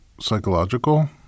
psychological